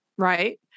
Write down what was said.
Right